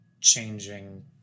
changing